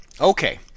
okay